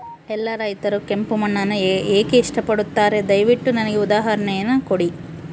ಎಲ್ಲಾ ರೈತರು ಕೆಂಪು ಮಣ್ಣನ್ನು ಏಕೆ ಇಷ್ಟಪಡುತ್ತಾರೆ ದಯವಿಟ್ಟು ನನಗೆ ಉದಾಹರಣೆಯನ್ನ ಕೊಡಿ?